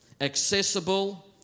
accessible